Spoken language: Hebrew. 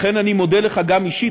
לכן אני מודה לך גם אישית,